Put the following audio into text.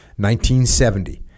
1970